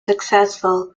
successful